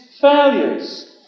failures